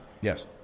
Yes